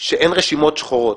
שאין רשימות שחורות.